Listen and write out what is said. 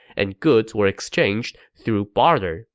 and goods were exchanged through barter